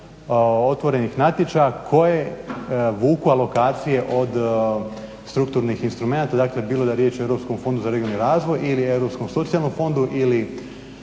otvorenih natječaja koje vuku alokacije od strukturnih instrumenata. Dakle, bilo da je riječ o Europskom fondu za regionalni razvoj ili Europskom socijalnom fondu ili